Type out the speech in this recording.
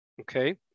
okay